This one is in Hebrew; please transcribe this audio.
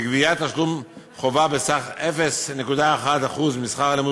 וגביית תשלום חובה בסך 0.1% משכר הלימוד